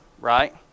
right